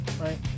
right